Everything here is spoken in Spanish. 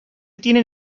tienen